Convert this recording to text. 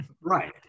right